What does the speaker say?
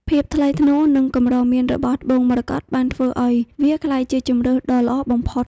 ភាពថ្លៃថ្នូរ និងកម្រមានរបស់ត្បូងមរកតបានធ្វើឱ្យវាក្លាយជាជម្រើសដ៏ល្អបំផុត។